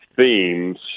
themes